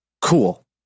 cool